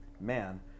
man